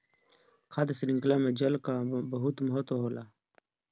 खाद्य शृंखला में जल कअ बहुत महत्व होला